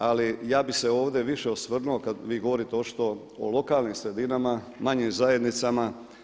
Ali ja bih se ovdje više osvrnuo kada vi govorite o čito o lokalnim sredinama, manjim zajednicama.